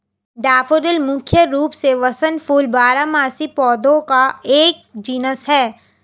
daffodil मुख्य रूप से वसंत फूल बारहमासी पौधों का एक जीनस है